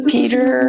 Peter